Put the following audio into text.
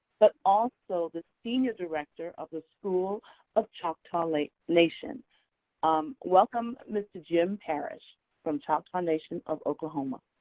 but also the senior director of the school of choctaw like nation. um welcome mr. jim parrish from choctaw nation of oklahoma.